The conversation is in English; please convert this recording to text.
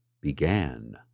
began